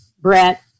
Brett